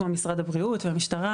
כמו משרד הבריאות והמשטרה,